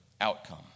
outcome